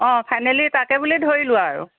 অঁ ফাইনেলি তাকে বুলি ধৰি লোৱা আৰু